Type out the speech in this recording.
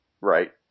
right